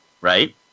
right